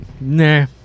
Nah